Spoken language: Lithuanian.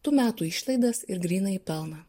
tų metų išlaidas ir grynąjį pelną